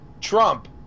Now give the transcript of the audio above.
Trump